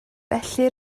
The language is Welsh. felly